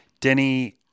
denny